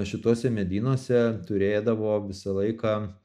šituose medynuose turėdavo visą laiką